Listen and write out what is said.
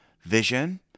vision